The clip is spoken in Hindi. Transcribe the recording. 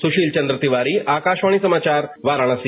सुशील चंद्र तिवारी आकाशवाणी समाचार वाराणसी